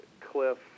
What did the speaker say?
Cliff